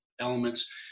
elements